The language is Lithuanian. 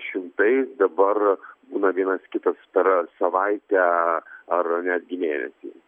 šimtais dabar būna vienas kitas per savaitę ar netgi mėnesį